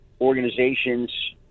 organizations